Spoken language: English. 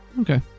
Okay